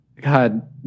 God